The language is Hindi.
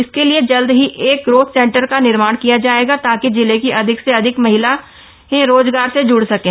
इसके लिए जल्द ही एक ग्रोथ सेंटर का निर्माण किया जाएगा ताकि जिले की अधिक से अधिक महिलाएं रोजगार से जुड़ सकें